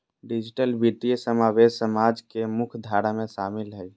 digital वित्तीय समावेश समाज के मुख्य धारा में शामिल हइ